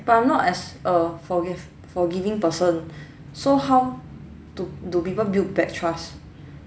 but I'm not as a forgiv~ forgiving person so how to do people build back trust